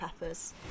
Peppers